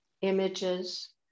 images